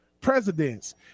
presidents